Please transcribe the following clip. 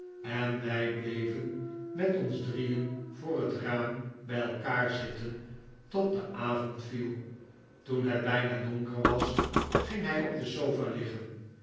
en wij bleven met ons drieen voor het raam bij elkaar zitten tot de avond viel toen het bijna donker was ging hij op de sofa liggen